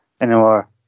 anymore